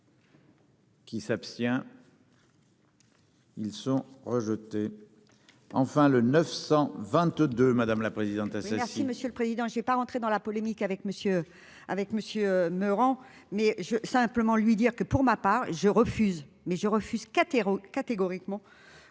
Qui s'abstient. Ils sont rejetés, enfin le 922 madame la présidente.